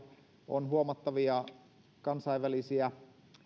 on huomattavia